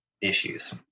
issues